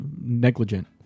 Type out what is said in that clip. negligent